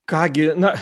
ką gi na